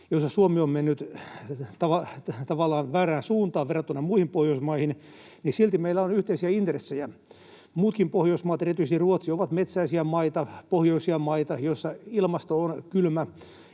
joissa Suomi on mennyt tavallaan väärään suuntaan verrattuna muihin Pohjoismaihin. Silti meillä on yhteisiä intressejä. Muutkin Pohjoismaat, erityisesti Ruotsi, ovat metsäisiä maita ja pohjoisia maita, joissa ilmasto on kylmä